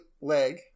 leg